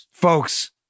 Folks